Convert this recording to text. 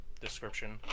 description